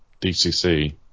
DCC